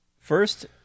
First